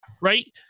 right